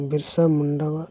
Birsa ᱢᱩᱱᱰᱟᱣᱟᱜ